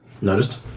Noticed